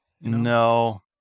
No